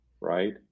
right